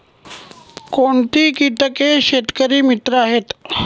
कोणती किटके शेतकरी मित्र आहेत?